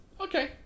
Okay